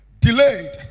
Delayed